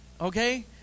Okay